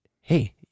hey